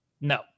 No